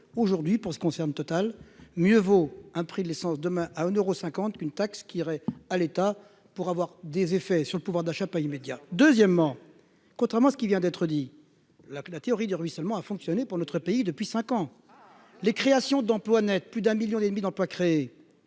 aujourd'hui pour ce concerne au total mieux vaut un prix de l'essence demain à un euros cinquante qu'une taxe qui irait à l'État pour avoir des effets sur le pouvoir d'achat immédiat, deuxièmement qu'autrement ce qui vient d'être dit là que la théorie du ruissellement a fonctionné pour notre pays, depuis 5 ans, les créations d'emplois nettes, plus d'un 1000000 et demi d'emplois créés,